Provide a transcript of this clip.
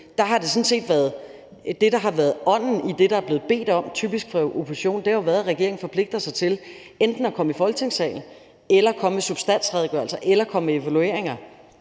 har det, der sådan set været ånden i det, der er blevet bedt om, typisk fra oppositionens side, været, at regeringen forpligter sig til enten at komme i Folketingssalen eller komme med substansredegørelser eller komme med evalueringer.